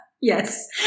yes